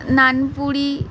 নানপুুরি